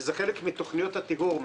שזה חלק מתוכניות הטיהור,